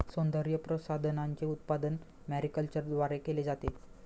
सौंदर्यप्रसाधनांचे उत्पादन मॅरीकल्चरद्वारे केले जाते